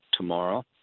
tomorrow